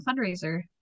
fundraiser